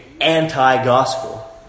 anti-gospel